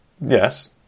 yes